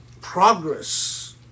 progress